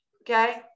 okay